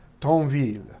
Tonville